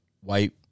white